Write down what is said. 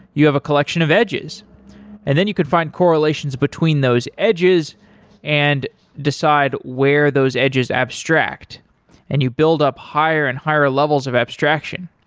you have a collection of edges and then you could find correlations between those edges and decide where those edges abstract and you build up higher and higher levels of abstraction